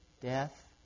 death